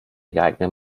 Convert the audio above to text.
geeignete